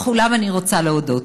לכולם אני רוצה להודות.